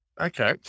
Okay